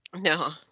No